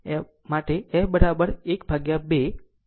આમ તે f 12 pI √ LC હશે